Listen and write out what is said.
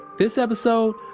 this episode,